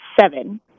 seven